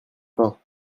pain